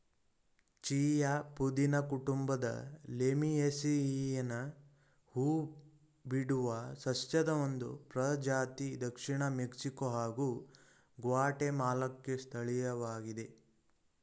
chia ಪುದೀನ ಕುಟುಂಬದ ಲೇಮಿಯೇಸಿಯಿಯನ ಹೂಬಿಡುವ ಸಸ್ಯದ ಒಂದು ಪ್ರಜಾತಿ ದಕ್ಷಿಣ ಮೆಕ್ಸಿಕೊ ಹಾಗೂ ಗ್ವಾಟೆಮಾಲಾಕ್ಕೆ ಸ್ಥಳೀಯವಾಗಿದೆ